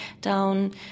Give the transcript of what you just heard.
down